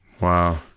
Wow